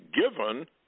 given